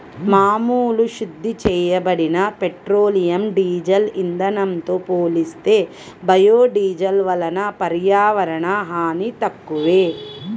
మామూలు శుద్ధి చేయబడిన పెట్రోలియం, డీజిల్ ఇంధనంతో పోలిస్తే బయోడీజిల్ వలన పర్యావరణ హాని తక్కువే